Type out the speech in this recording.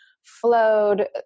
flowed